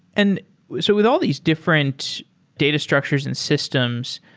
and so with all these different data structures and systems,